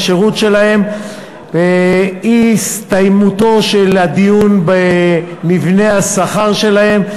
השירות שלהם ובשל אי-הסתיימות הדיון במבנה השכר שלהם.